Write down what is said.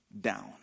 down